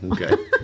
okay